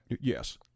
Yes